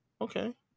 Okay